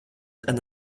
and